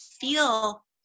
feel